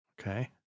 Okay